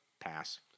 pass